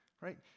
Right